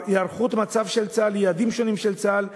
הערכות המצב של צה"ל על יעדים שונים של צה"ל וכו'